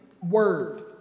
word